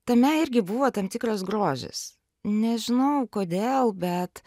tame irgi buvo tam tikras grožis nežinau kodėl bet